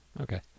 Okay